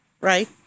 Right